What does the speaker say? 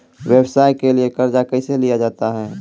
व्यवसाय के लिए कर्जा कैसे लिया जाता हैं?